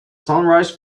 sunrise